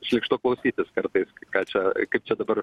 šlykštu klausytis kartais ką čia kaip čia dabar